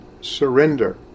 surrender